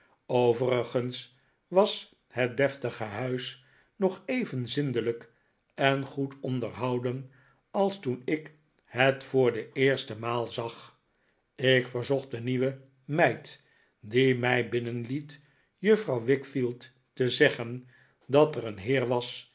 overigens was het deftige huis nog even zindelijk en goed onderhouden als toen ik het voor de eerste maai sag ik verzocht de nieuwe meid die mij binnenliet juffrouw wickfield te zeggen dat er een